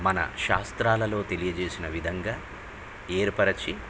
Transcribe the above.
మన శాస్త్రాలలో తెలియజేసిన విధంగా ఏర్పరచి